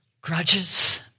grudges